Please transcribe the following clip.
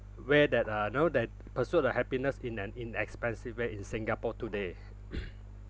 way that uh know that pursuit of happiness in an inexpensive way in singapore today